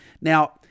Now